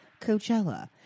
Coachella